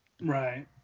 Right